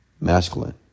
masculine